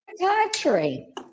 country